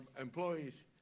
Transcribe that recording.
employees